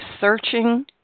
searching